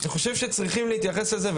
אני חושב שצריכים להתייחס לזה,